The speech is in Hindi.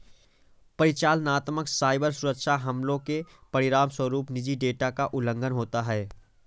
परिचालनात्मक साइबर सुरक्षा हमलों के परिणामस्वरूप निजी डेटा का उल्लंघन होता है